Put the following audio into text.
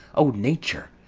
o nature,